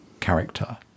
character